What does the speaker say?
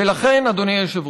ולכן, אדוני היושב-ראש,